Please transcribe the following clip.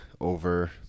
over